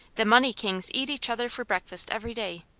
the money kings eat each other for breakfast every day.